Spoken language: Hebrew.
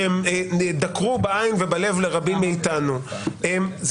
שהן דקרו בעין ובלב לרבים מאיתנו --- כמה?